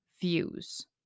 views